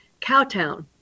Cowtown